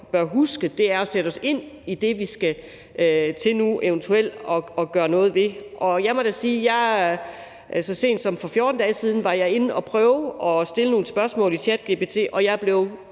bør huske at sætte os ind i det, som vi nu skal til eventuelt at gøre noget ved. Og jeg må da sige, at jeg så sent som for 14 dage siden var inde og prøve at stille nogle spørgsmål til ChatGPT, og jeg blev